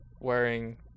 wearing